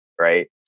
right